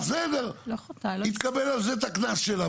בסדר, היא תקבל על זה את הקנס שלה.